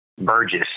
Burgess